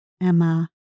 Emma